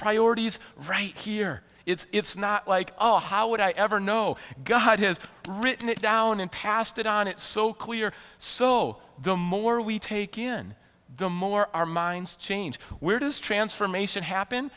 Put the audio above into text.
priorities right here it's not like oh how would i ever know god has written it down and passed it on it's so clear so the more we take in the more our minds change where does transformation happen